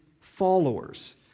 followers